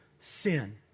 sin